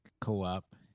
co-op